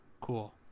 cool